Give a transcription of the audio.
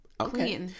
okay